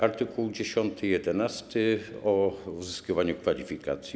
Art. 10 i 11 o uzyskiwaniu kwalifikacji.